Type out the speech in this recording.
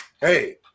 hey